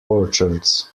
orchards